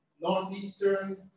northeastern